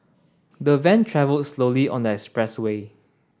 the van travel slowly on that expressway